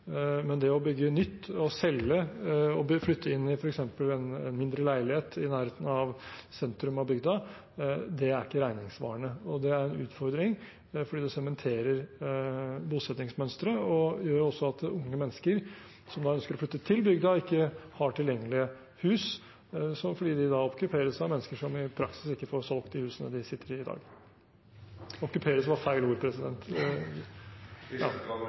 men det å bygge nytt og selge og flytte inn i f.eks. en mindre leilighet i nærheten av sentrum av bygda, er ikke regningssvarende. Og det er en utfordring, fordi det sementerer bosettingsmønsteret og gjør også at unge mennesker som ønsker å flytte til bygda, ikke har tilgjengelige hus fordi de da okkuperes av mennesker som i praksis ikke får solgt de husene de sitter i i dag. «Okkuperes» var feil ord!